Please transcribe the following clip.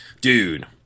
Dude